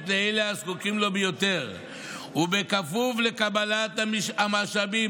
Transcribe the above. לאלה הזקוקים לו ביותר ובכפוף לקבלת המשאבים,